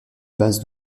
base